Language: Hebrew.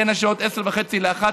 בין השעות 10:30 ו-13:00.